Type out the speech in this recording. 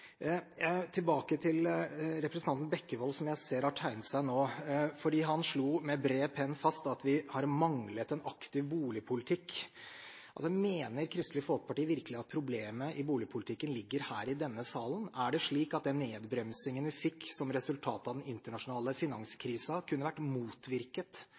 jeg ser har tegnet seg nå: Han slo med bred penn fast at vi har manglet en aktiv boligpolitikk. Mener Kristelig Folkeparti virkelig at problemet i boligpolitikken ligger her i denne salen? Kunne nedbremsingen vi fikk som et resultat av den internasjonale finanskrisen, vært motvirket